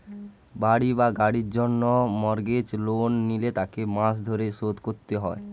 বাড়ি বা গাড়ির জন্য মর্গেজ লোন নিলে তাকে মাস ধরে শোধ করতে হয়